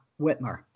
Whitmer